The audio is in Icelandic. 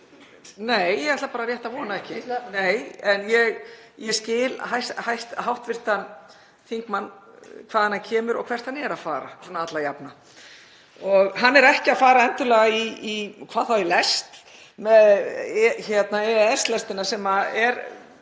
Nei, ég ætla bara rétt að vona ekki. Nei. Ég skil hv. þingmann, hvaðan hann kemur og hvert hann er að fara, svona alla jafna og hann er ekki að fara endilega, hvað þá í lest, í EES-lestina sem er,